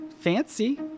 Fancy